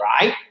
right